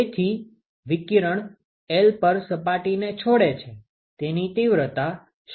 તેથી વિકિરણ L પર સપાટીને છોડે છે તેની તીવ્રતા શું હશે